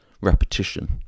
repetition